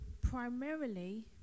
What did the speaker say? primarily